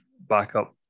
backup